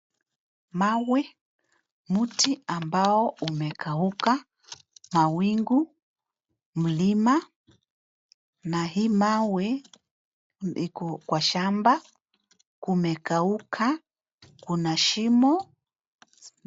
Mawe, mti ambao umekauka, mawingu, mlima na hii mawe iko kwa shamba. Kumekauka, kuna shimo,